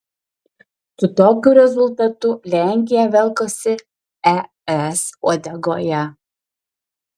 su tokiu rezultatu lenkija velkasi es uodegoje